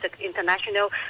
international